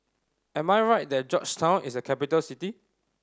am I right that Georgetown is a capital city